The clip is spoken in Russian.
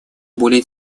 более